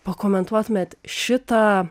pakomentuotumėt šitą